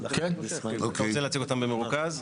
אתה רוצה להציג אותן במרוכז?